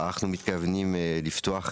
אנחנו מתכוונים לפתוח סניפים,